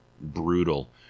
brutal